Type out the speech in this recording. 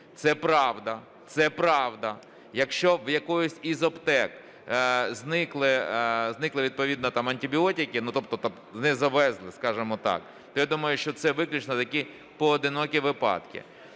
це правда. Це правда. Якщо в якійсь із аптек зникли відповідно антибіотики, тобто не завезли, скажімо так, то я думаю, що це виключно такі поодинокі випадки.